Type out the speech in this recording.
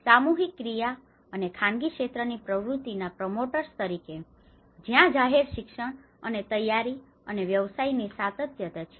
સામૂહિક ક્રિયા અને ખાનગી ક્ષેત્રની પ્રવૃત્તિના પ્રમોટર્સ તરીકે કે જ્યાં જાહેર શિક્ષણ અને તૈયારી અને વ્યવસાયની સાતત્ય છે